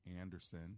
Anderson